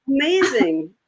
amazing